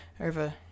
Over